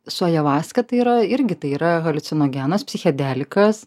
su ajovaska tai yra irgi tai yra haliucinogenas psichedelikas